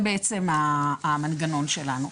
זה בעצם המנגנון שלנו.